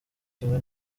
kimwe